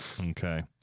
Okay